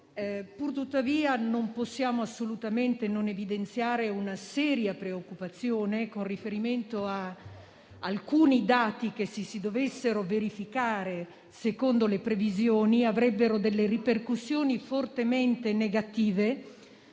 Tuttavia, non possiamo assolutamente non evidenziare una seria preoccupazione con riferimento ad alcuni dati che, se si dovessero verificare secondo le previsioni, avrebbero ripercussioni fortemente negative